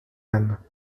âne